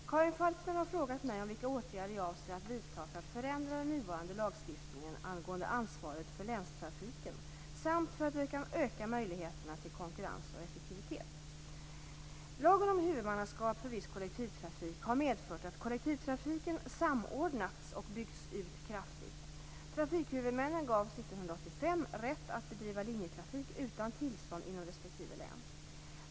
Fru talman! Karin Falkmer har frågat mig vilka åtgärder jag avser att vidta för att förändra den nuvarande lagstiftningen angående ansvaret för länstrafiken samt för att öka möjligheterna till konkurrens och effektivitet. Lagen om huvudmannaskap för viss kollektivtrafik har medfört att kollektivtrafiken samordnats och byggts ut kraftigt. Trafikhuvudmännen gavs 1985 rätt att bedriva linjetrafik utan tillstånd inom respektive län.